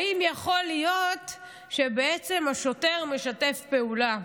האם יכול להיות שבעצם השוטר משתף פעולה?